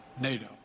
NATO